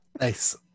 Nice